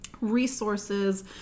resources